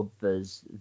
others